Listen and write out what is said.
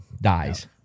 dies